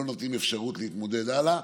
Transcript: לא נותנים אפשרות להתמודד הלאה